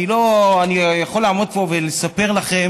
אני יכול לעמוד פה ולספר לכם